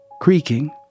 Creaking